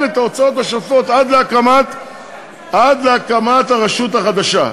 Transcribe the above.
את ההוצאות השוטפות עד להקמת הרשות החדשה.